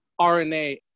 RNA